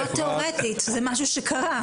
לא תיאורטית, זה משהו שקרה.